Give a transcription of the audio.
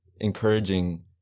encouraging